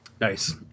Nice